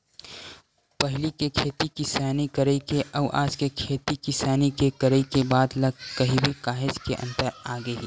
पहिली के खेती किसानी करई के अउ आज के खेती किसानी के करई के बात ल कहिबे काहेच के अंतर आगे हे